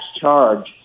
charge